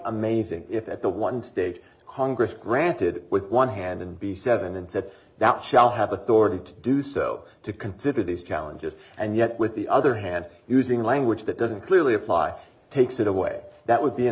amazing if at the one state congress granted with one hand and be seven and said that shall have authority to do so to consider these challenges and yet with the other hand using language that doesn't clearly apply takes it away that would be an